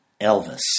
Elvis